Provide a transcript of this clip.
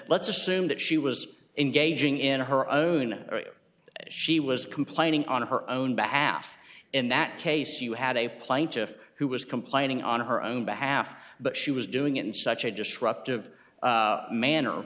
let's assume that she was engaging in her own or she was complaining on her own behalf in that case you had a plaintiff who was complaining on her own behalf but she was doing it in such a destructive manner